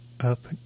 up